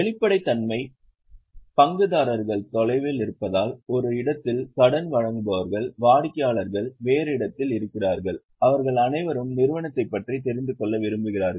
வெளிப்படைத்தன்மை பங்குதாரர்கள் தொலைவில் இருப்பதால் ஒரு இடத்தில் கடன் வழங்குபவர்கள் வாடிக்கையாளர்கள் வேறு இடத்தில் இருக்கிறார்கள் அவர்கள் அனைவரும் நிறுவனத்தைப் பற்றி தெரிந்து கொள்ள விரும்புகிறார்கள்